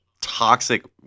toxic